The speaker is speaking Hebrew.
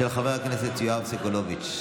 של חבר הכנסת יואב סגלוביץ'.